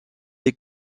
est